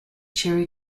cherry